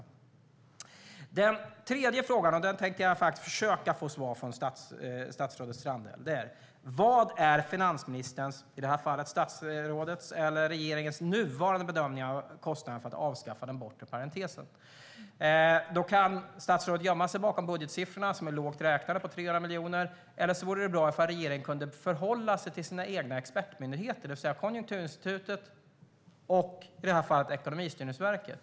På den tredje frågan tänkte jag försöka få svar från statsrådet Strandhäll: Vad är finansministerns - i det här fallet statsrådets eller regeringens - nuvarande bedömning av kostnaden för att avskaffa den bortre parentesen? Statsrådet kan gömma sig bakom budgetsiffrorna, lågt räknat 300 miljoner, eller så vore det bra om regeringen kunde förhålla sig till sina egna expertmyndigheter, det vill säga Konjunkturinstitutet och, i det här fallet, Ekonomistyrningsverket.